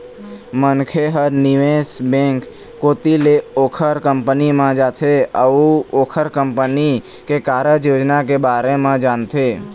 मनखे ह निवेश बेंक कोती ले ओखर कंपनी म जाथे अउ ओखर कंपनी के कारज योजना के बारे म जानथे